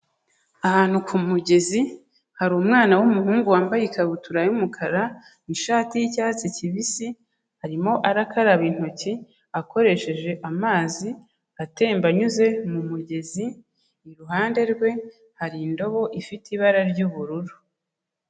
Ahantu ku mugezi hari umwana w'umuhungu wambaye ikabutura y'umukara n'ishati y'icyatsi kibisi, arimo arakaraba intoki akoresheje amazi atemba anyuze mu mugezi, iruhande rwe hari indobo ifite ibara ry'ubururu.